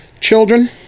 Children